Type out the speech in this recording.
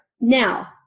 Now